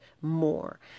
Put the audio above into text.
more